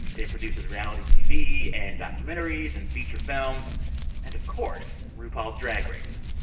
it produces reality tv and documentaries and feature films and, of course, rupaul's drag race.